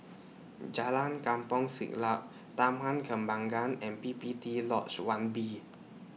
Jalan Kampong Siglap Taman Kembangan and P P T Lodge one B